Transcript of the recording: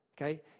okay